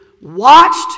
watched